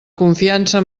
confiança